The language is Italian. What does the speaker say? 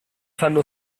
fanno